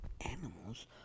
animals